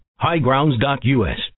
Highgrounds.us